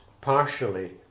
partially